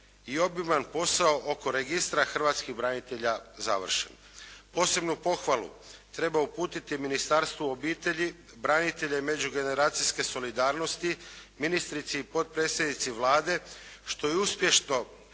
i obiman posao oko registra hrvatskih branitelja završen. Posebnu pohvalu treba uputi Ministarstvu obitelji, branitelja i međugeneracijske solidarnosti, ministrici i potredsjednici Vlade, što je uspješno